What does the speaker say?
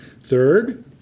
Third